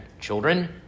children